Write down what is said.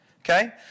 Okay